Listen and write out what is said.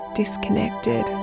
disconnected